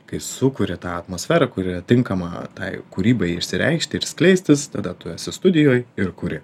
kai sukuri tą atmosferą kuri tinkama tai kūrybai išsireikšt ir skleistis tada tu esi studijoj ir kuri